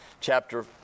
chapter